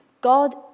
God